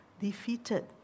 Defeated